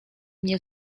mnie